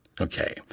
Okay